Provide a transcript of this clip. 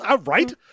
Right